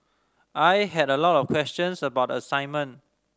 I had a lot of questions about the assignment